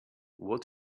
what